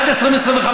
עד 2025,